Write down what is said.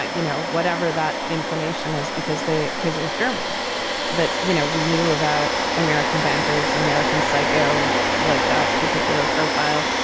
like you know, whatever that inclination is, because they his it was german that, you know, we knew about american bankers, american psycho like that particular profile.